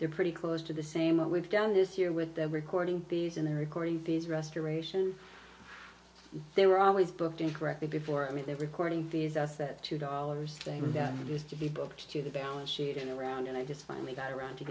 they're pretty close to the same what we've done this year with them recording these and they're recording these restorations they were always booked incorrectly before i mean that recording these us that two dollars thing that used to be booked to the balance sheet and around and i just finally got around to